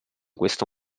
questo